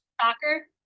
Soccer